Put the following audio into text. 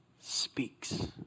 speaks